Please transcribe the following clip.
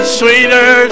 sweeter